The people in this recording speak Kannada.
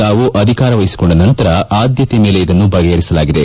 ತಾವು ಅಧಿಕಾರವಹಿಸಿಕೊಂಡ ನಂತರ ಆದ್ದತೆ ಮೇಲೆ ಇದನ್ನು ಬಗೆಪರಿಸಲಾಗಿದೆ